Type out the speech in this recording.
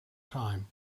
time